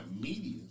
media